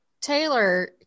Taylor